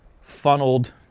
funneled